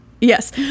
Yes